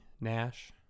Nash